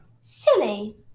Silly